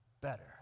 better